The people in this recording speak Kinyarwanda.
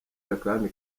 akandi